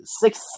six